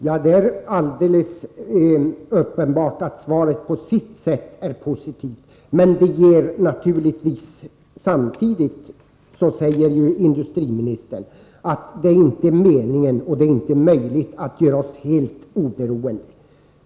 Herr talman! Det är alldeles uppenbart att svaret på sitt sätt är positivt. Men samtidigt säger industriministern att det inte är meningen och inte är möjligt att göra oss helt oberoende.